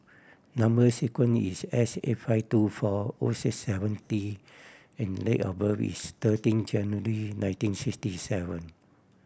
number sequence is S eight five two four O six seven T and date of birth is thirteen January nineteen sixty seven